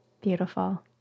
Beautiful